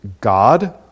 God